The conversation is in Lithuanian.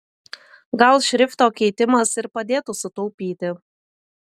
gal šrifto keitimas ir padėtų sutaupyti